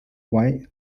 white